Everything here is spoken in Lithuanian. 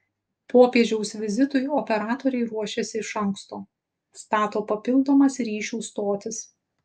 popiežiaus vizitui operatoriai ruošiasi iš anksto stato papildomas ryšių stotis